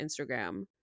Instagram